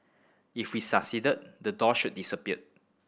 if we succeed the doors should disappear